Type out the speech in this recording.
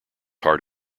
heart